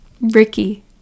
ricky